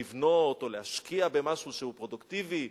לבנות או להשקיע במשהו שהוא פרודוקטיבי.